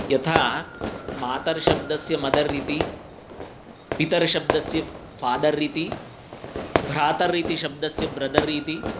यथा मातर् शब्दस्य मदर् इति पितर् शब्दस्य फादर् इति भ्रातर् इति शब्दस्य ब्रदर् इति